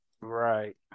Right